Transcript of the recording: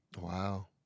Wow